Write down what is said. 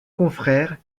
confrère